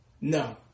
No